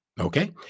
Okay